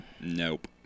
nope